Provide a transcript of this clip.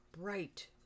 bright